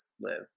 live